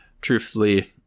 truthfully